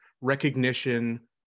recognition